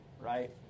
right